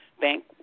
bank